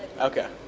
okay